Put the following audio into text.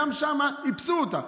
איפסו אותה,